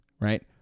Right